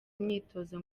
myitozo